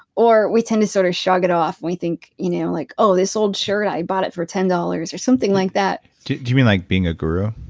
or we tend to sort of shrug off and we think, you know like oh, this old shirt? i bought it for ten dollars or something like that do you mean, like being a guru?